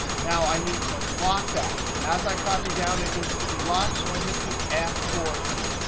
now, i need to lock that. as i copy down, it needs to be locked. so i hit the f four key.